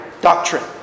doctrine